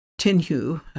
Tinhu